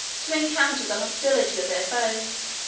to encounter the hostility of their foes,